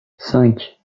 cinq